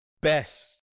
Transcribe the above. best